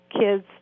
kids